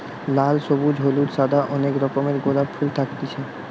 লাল, সবুজ, হলুদ, সাদা অনেক রকমের গোলাপ ফুল থাকতিছে